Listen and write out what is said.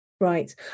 Right